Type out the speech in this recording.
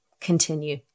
continue